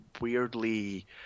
weirdly